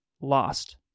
lost